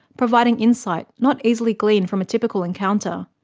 providing insight not easily gleaned from a typical encounter.